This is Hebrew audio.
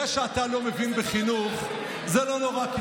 זה שאתה לא מבין בחינוך זה לא נורא,